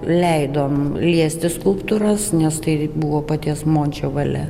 leidom liesti skulptūras nes tai buvo paties mončio valia